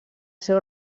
seu